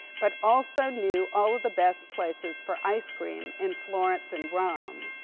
but also knew all of the best places for ice cream in florence and rome.